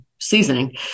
seasoning